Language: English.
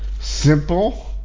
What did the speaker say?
simple